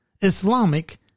Islamic